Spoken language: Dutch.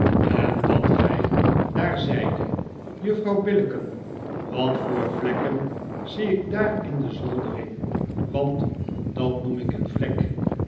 en dat gij daar zeidet juffrouw billicken wat voor vlekken zie ik daar in de zoldering want dat noemik een vlek